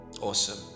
Awesome